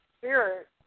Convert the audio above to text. spirit